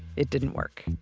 it didn't work